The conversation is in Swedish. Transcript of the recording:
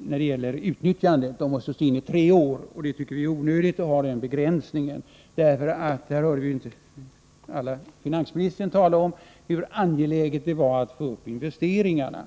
när det gäller utnyttjandet — pengarna måste stå inne i tre år. Vi tycker att det är onödigt med denna begränsning. Vi hörde ju alla finansministern tala om hur angeläget det är att man ökar investeringarna.